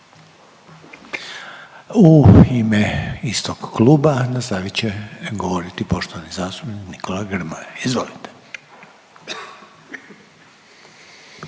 U ime istog kluba nastavit će govoriti poštovani zastupnik Nikola Grmoja. Izvolite.